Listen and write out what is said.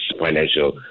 financial